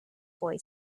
boy